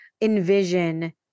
envision